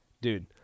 Dude